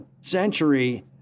century